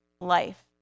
life